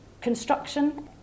Construction